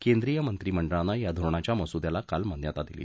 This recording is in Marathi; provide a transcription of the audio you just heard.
केंद्रीय मंत्रिमंडळानं या धोरणाच्या मसुद्याला काल मान्यता दिली